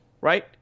right